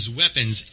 weapons